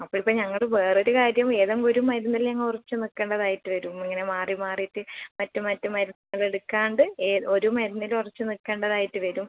അപ്പോൾ ഇപ്പോൾ ഞങ്ങൾ വേറെ ഒരു കാര്യം ഏതെങ്കും ഒരു മരുന്നില്ല ഉറച്ച് നിൽക്കേണ്ടതായിട്ട് വരും ഇങ്ങനെ മാറി മാറിയിട്ട് മറ്റ് മറ്റ് മരുന്ന് എടുക്കാണ്ട് ഈ ഒരു മരുന്നിൽ ഉറച്ച് നിൽക്കണ്ടതായിട്ട് വരും